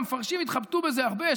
המפרשים התחבטו בזה הרבה,